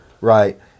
Right